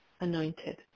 anointed